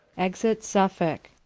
exit suffolke.